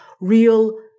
real